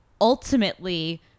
ultimately